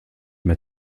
mehr